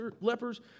lepers